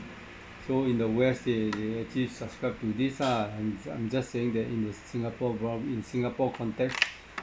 so in the west they they actually subscribe to this ah I'm just saying that in the singapore bro~ in singapore context